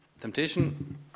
Temptation